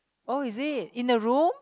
oh is it in the room